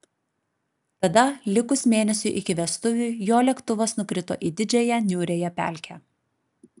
tada likus mėnesiui iki vestuvių jo lėktuvas nukrito į didžiąją niūriąją pelkę